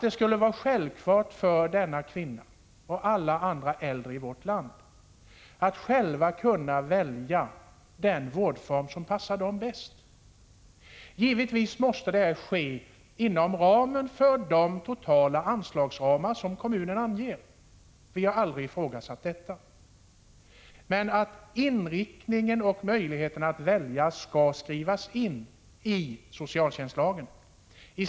Det skulle vara självklart för denna kvinna och alla andra äldre i vårt land att själva kunna välja den vårdform som passar dem bäst. Givetvis måste det ske inom de totala anslagsramar som kommunerna anger. Vi har aldrig ifrågasatt detta. Men vi vill att inriktningen och möjligheterna att välja skall skrivas in i socialtjänstlagen.